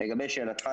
לגבי שאלתך,